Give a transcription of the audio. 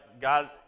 God